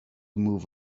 move